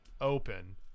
open